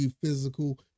physical